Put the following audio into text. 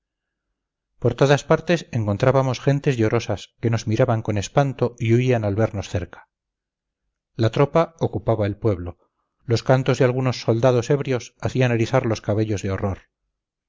por todas partes encontrábamos gentes llorosas que nos miraban con espanto y huían al vernos cerca la tropa ocupaba el pueblo los cantos de algunos soldados ebrios hacían erizar los cabellos de horror